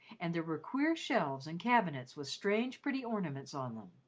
and there were queer shelves and cabinets with strange, pretty ornaments on them.